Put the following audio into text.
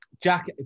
Jack